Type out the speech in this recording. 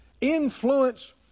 influence